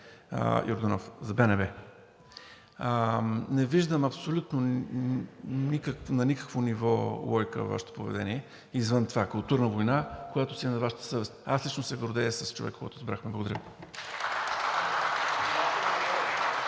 За БНБ. Не виждам логика абсолютно на никакво ниво във Вашето поведение извън това – културна война, която си е на Вашата съвест. Аз лично се гордея с човека, когото избрахме.